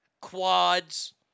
quads